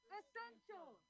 essential